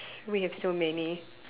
we have so many